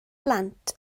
blant